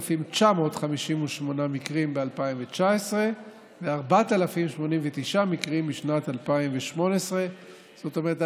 3,958 מקרים ב-2019 ו-4,089 מקרים בשנת 2018. זאת אומרת,